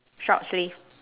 short sleeve